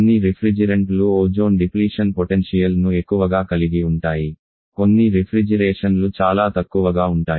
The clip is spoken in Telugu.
కొన్ని రిఫ్రిజిరెంట్లు ఓజోన్ డిప్లీషన్ పొటెన్షియల్ ను ఎక్కువగా కలిగి ఉంటాయి కొన్ని రిఫ్రిజిరేషన్ లు చాలా తక్కువగా ఉంటాయి